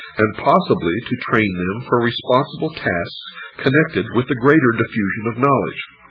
and possibly to train them for responsible tasks connected with the greater diffusion of knowledge.